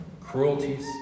cruelties